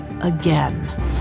again